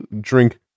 drink